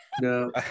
No